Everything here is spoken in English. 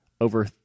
over